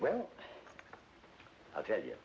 well i'll tell y